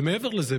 ומעבר לזה,